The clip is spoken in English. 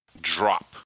drop